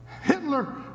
Hitler